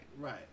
Right